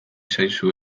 zaizu